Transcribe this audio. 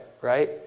right